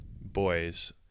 boys